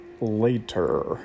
later